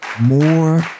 more